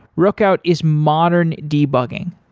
rookout is modern debugging.